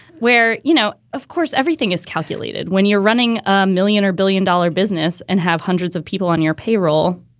where, you know, of course, everything is calculated when you're running a million or billion dollar business and have hundreds of people on your payroll,